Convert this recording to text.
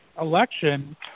election